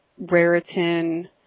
Raritan